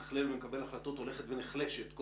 מתכלל ומקבל החלטות הולכת ונחלשת...